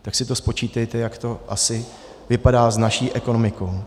Tak si to spočítejte, jak to asi vypadá s naší ekonomikou.